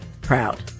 proud